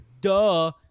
duh